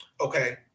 Okay